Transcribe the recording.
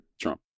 Trump